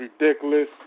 ridiculous